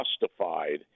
justified